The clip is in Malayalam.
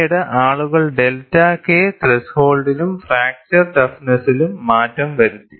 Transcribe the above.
പിന്നീട് ആളുകൾ ഡെൽറ്റ K ത്രെഷോൾഡിലും ഫ്രാക്ചർ ടഫ്നെസ്സിലും മാറ്റം വരുത്തി